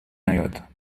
نیاد